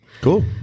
Cool